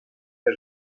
des